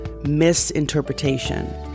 misinterpretation